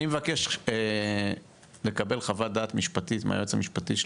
אני מבקש לקבל חוות דעת משפטית מהיועץ המשפטי של